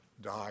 die